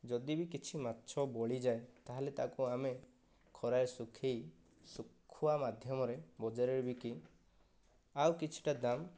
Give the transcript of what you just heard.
ଯଦିବି କିଛି ମାଛ ବଳିଯାଏ ତାହେଲେ ତାକୁ ଆମେ ଖରାରେ ଶୁଖେଇ ଶୁଖୁଆ ମାଧ୍ୟମରେ ବଜାରରେ ବିକି ଆଉ କିଛିଟା ଦାମ